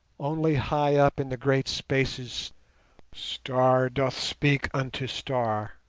only high up in the great spaces star doth speak unto star,